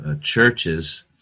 churches